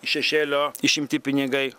šešėlio išimti pinigai